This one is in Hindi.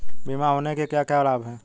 बीमा होने के क्या क्या लाभ हैं?